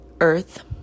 earth